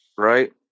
right